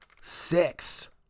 six